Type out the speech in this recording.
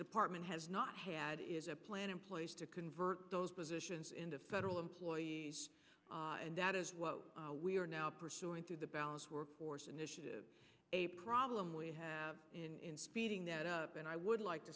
department has not had is a plan in place to convert those positions into federal employees and that is what we are now pursuing through the balance workforce initiative a problem we have in speeding that up and i would like